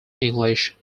english